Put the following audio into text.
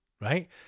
right